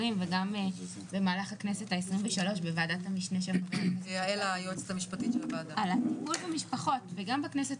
וגם במהלך הכנסת ה-23 על הטיפול במשפחות וגם בכנסת